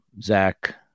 Zach